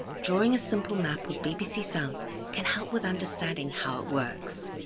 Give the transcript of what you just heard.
drawing a simple map of bbc sounds can help with understanding how it works.